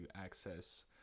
access